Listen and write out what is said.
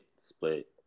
split